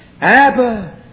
Abba